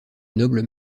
noble